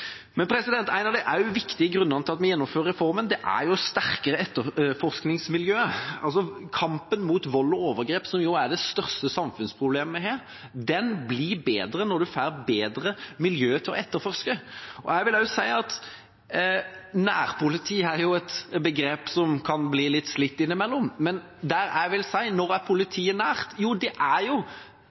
En annen av de viktige grunnene til at vi gjennomfører reformen, er jo sterkere etterforskningsmiljø. Kampen mot vold og overgrep, som jo er det største samfunnsproblemet vi har, blir bedre når vi får bedre miljø til å etterforske. «Nærpoliti» er jo et begrep som kan bli litt slitt innimellom. Når er politiet nært? Bak gardinene i det huset der man ikke har mulighet til å se hva som skjer, der det er